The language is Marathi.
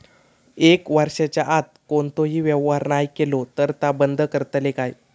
एक वर्षाच्या आत कोणतोही व्यवहार नाय केलो तर ता बंद करतले काय?